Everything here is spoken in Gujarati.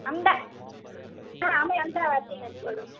અમદ હાં અમે અમદાવાદથી